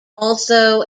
also